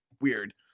weird